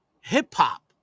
hip-hop